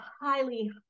highly